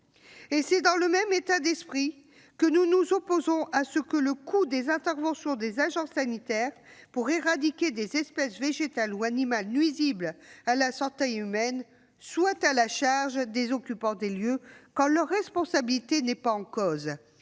C'est dans le même état d'esprit que nous nous opposons à ce que le coût des interventions des agents sanitaires pour éradiquer des espèces végétales ou animales nuisibles à la santé humaine soit à la charge des occupants des lieux quand leur responsabilité n'est pas en cause.